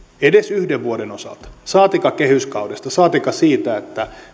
edes yhden vuoden osalta saatikka kehyskaudesta saatikka siitä